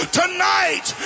tonight